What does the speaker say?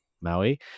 Maui